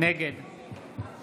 נגד